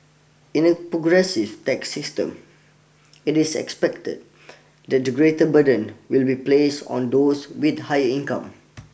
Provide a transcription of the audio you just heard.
in a progressive tax system it is expected that the greater burden will be placed on those with higher income